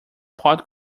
pot